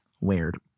weird